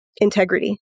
integrity